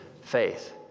faith